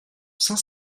saint